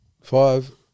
Five